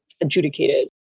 adjudicated